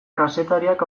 kazetariak